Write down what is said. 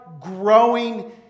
growing